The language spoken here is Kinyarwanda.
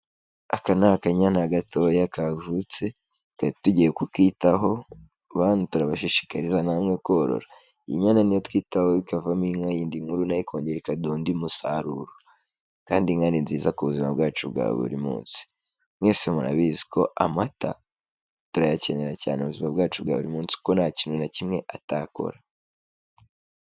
Aka ni akanyana gatoya kavutse tukaba tugiye kutaho, bantu turabashishikariza namwe korora. Iyi nyana ni yo twitaho ikavamo inka yindi nkuru na yo ikongera ikaduha undi musaruro kandi inka ni nziza ku buzima bwacu bwa buri munsi. Mwese murabizi ko amata turayakenera cyane mu buzima bwacu bwa buri munsi kuko nta kintu na kimwe atakora.